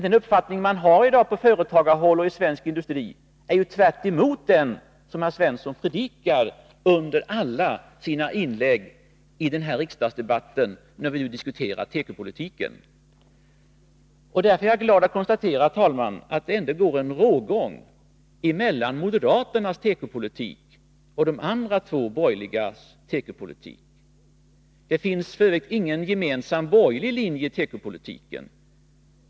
Den uppfattning man har i dag på företagarhåll och inom svensk industri går tvärtemot den som herr Svensson predikar i alla sina inlägg i den här riksdagsdebatten, när vi diskuterar tekopolitiken. Därför är jag glad att kunna konstatera, herr talman, att det Nr 150 ändå går en rågång mellan moderaternas tekopolitik och de andra två Torsdagen den borgerliga partiernas tekopolitik. 19 maj 1983 Det finns f. ö. ingen gemensam borgerlig linje i tekopolitiken.